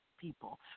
people